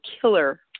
killer